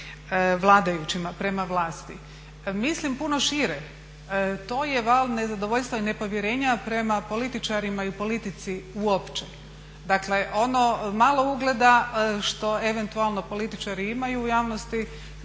vladajućima prema vlasti". mislim puno šire, to je val nezadovoljstva i nepovjerenja prema političarima i politici uopće. Dakle ono malo ugleda što eventualno političari imaju u javnosti